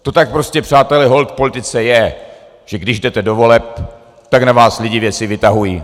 To tak prostě přátelé holt v politice je, že když jdete do voleb, tak na vás lidi věci vytahují.